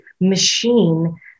machine